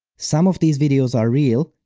some of these videos are real,